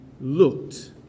looked